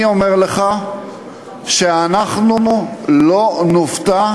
אני אומר לך שאנחנו לא נופתע,